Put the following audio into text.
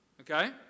Okay